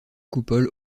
coupole